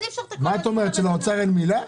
מה את אומרת, שלאוצר אין מילה?